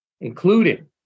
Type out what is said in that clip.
including